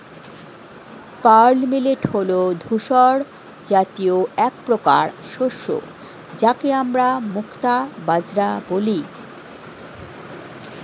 pearl millet হল ধূসর জাতীয় একপ্রকার শস্য যাকে আমরা মুক্তা বাজরা বলি